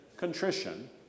Contrition